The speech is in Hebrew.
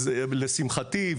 אז לשמחתי,